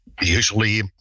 usually